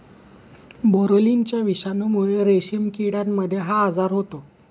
बोरोलिनाच्या विषाणूमुळे रेशीम किड्यांमध्ये हा आजार होतो